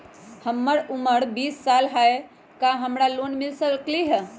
हमर उमर बीस साल हाय का हमरा लोन मिल सकली ह?